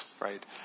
right